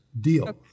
Deal